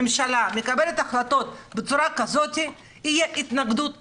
הממשלה מקבלת החלטות בצורה כזאת תהיה התנגדות טבעית.